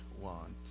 want